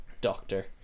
doctor